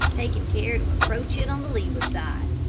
taking care to approach it on the leeward side.